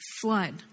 flood